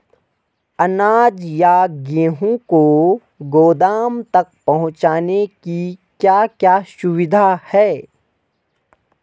अनाज या गेहूँ को गोदाम तक पहुंचाने की क्या क्या सुविधा है?